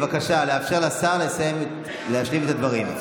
בבקשה לאפשר לשר להשלים את הדברים.